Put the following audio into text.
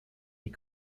die